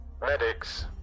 medics